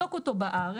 ולבדוק אותו בארץ.